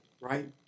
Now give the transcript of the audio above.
right